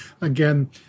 again